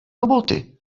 roboty